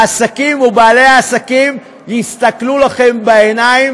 העסקים ובעלי העסקים יסתכלו לכם בעיניים